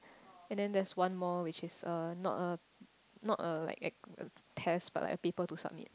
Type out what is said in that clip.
and then there's one more which is a not a not a like test but like a paper to submit